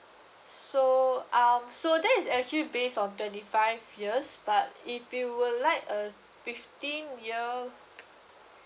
so um so that is actually based on twenty five years but if you would like a fifteen year